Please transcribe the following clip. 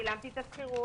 שילמתי את השכירות,